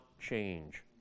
change